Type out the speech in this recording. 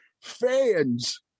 fans